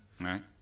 right